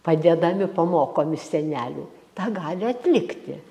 padedami pamokomi senelių tą gali atlikti